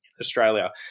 Australia